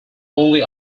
only